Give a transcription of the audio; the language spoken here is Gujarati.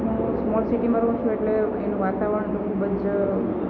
હું સ્મોલ સિટીમાં રહું છું એટલે અહીંનું વાતાવરણ ખૂબ જ